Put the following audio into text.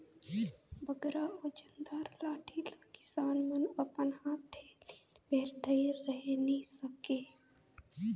बगरा ओजन दार लाठी ल किसान मन अपन हाथे दिन भेर धइर रहें नी सके